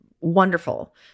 wonderful